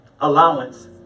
allowance